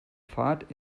fahrt